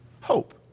Hope